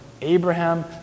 Abraham